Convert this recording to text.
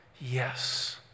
yes